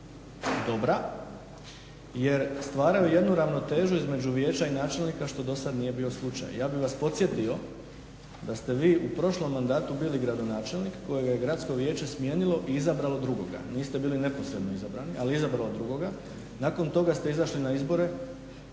dobra jer stvaraju jednu ravnotežu između vijeća i načelnika što do sad nije bio slučaj. Ja bih vas podsjetio da ste vi u prošlom mandatu bili gradonačelnik kojega je gradsko vijeće smijenilo i izabralo drugoga, niste bili neposredno izabrani, ali izabrani od drugoga. Nakon toga ste izašli na izbore,